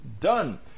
done